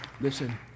Listen